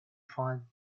fund